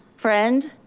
friend?